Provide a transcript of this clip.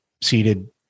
seated